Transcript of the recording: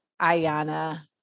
Ayana